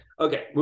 Okay